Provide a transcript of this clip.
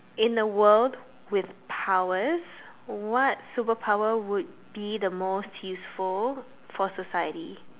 in a world with powers what superpower would be the most peaceful for society